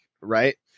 right